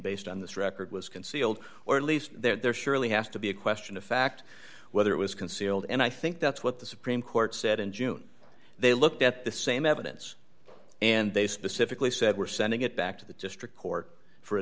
based on this record was concealed or at least there surely has to be a question of fact whether it was concealed and i think that's what the supreme court said in june they looked at the same evidence and they specifically said we're sending it back to the district court for a